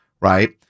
Right